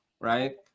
right